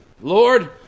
Lord